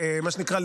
מה שנקרא,